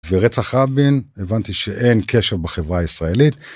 ורצח רבין, הבנתי שאין קשר בחברה הישראלית.